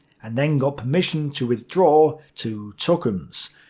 and then got permission to withdraw to tukums.